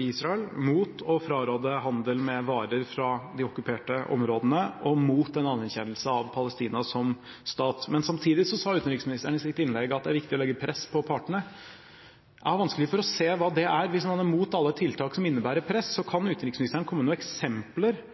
i Israel, mot å fraråde handel med varer fra de okkuperte områdene og mot en anerkjennelse av Palestina som stat, men samtidig sa utenriksministeren i sitt innlegg at det er viktig å legge press på partene. Jeg har vanskelig for å se hva det er hvis man er mot alle tiltak som innebærer press. Kan utenriksministeren komme med noen eksempler